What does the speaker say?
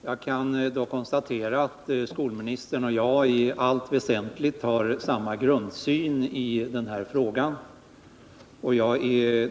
Herr talman! Jag konstaterar att skolministern och jag i allt väsentligt har samma grundsyn när det gäller den här frågan.